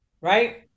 Right